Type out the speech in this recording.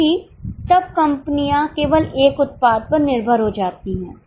क्योंकि तब कंपनियां केवल एक उत्पाद पर निर्भर हो जाती हैं